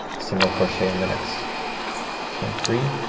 single crochet in the next chain three,